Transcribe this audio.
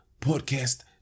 Podcast